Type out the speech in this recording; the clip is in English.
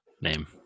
name